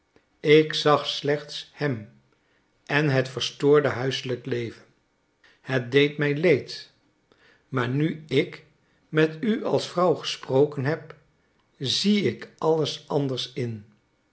ik zag slechts hem en het verstoorde huiselijk leven het deed mij leed maar nu ik met u als vrouw gesproken heb zie ik alles anders in